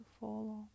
follow